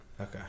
Okay